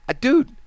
Dude